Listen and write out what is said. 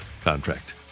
contract